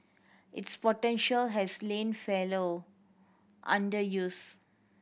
its potential has lain fallow underuse